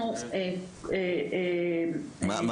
אנחנו עושים המון המון תהליכי --- מה בתכניות?